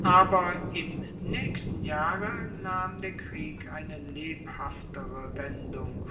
aber im naechsten jahre nahm der krieg eine lebhaftere wendung